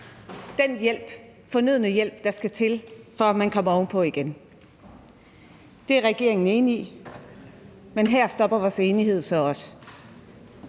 den fornødne hjælp, der skal til for, at man kommer ovenpå igen. Det er regeringen enig i, men her stopper vores enighed så også.